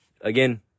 again